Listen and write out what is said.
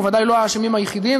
בוודאי אינם האשמים היחידים.